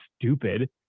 stupid